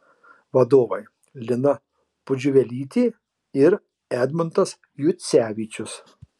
vadovai lina pudžiuvelytė ir edmundas jucevičius